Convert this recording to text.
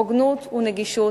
הוגנות ונגישות,